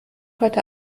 heute